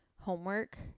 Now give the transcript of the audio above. homework